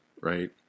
right